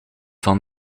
van